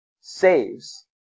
saves